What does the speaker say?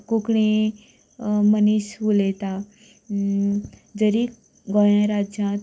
कोंकणी मनीस उलयता जरी गोंय राज्यांत